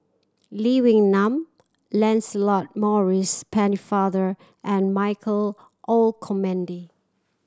Lee Wee Nam Lancelot Maurice Pennefather and Michael Olcomendy